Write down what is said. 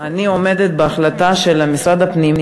אני עומדת מאחורי ההחלטה של משרד הפנים,